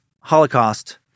Holocaust